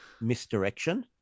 misdirection